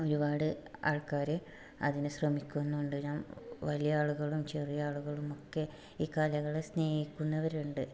ഒരുപാട് ആൾക്കാർ അതിന് ശ്രമിക്കുന്നുണ്ട് ഞാൻ വലിയ ആളുകളും ചെറിയ ആളുകളുമൊക്കെ ഈ കലകളെ സ്നേഹിക്കുന്നവരുണ്ട്